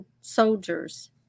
soldiers